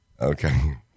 Okay